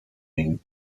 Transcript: meaning